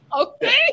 Okay